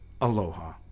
Aloha